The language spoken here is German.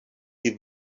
die